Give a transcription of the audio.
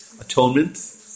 atonement